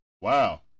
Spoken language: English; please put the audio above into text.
Wow